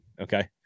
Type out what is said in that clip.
Okay